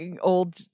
Old